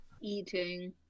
Eating